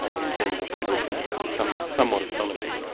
in terms of federal principle, is somewhat somewhat astonishing.